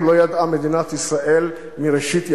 לא ידעה מדינת ישראל מאז ראשית ימיה?